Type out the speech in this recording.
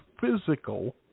physical